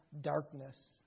darkness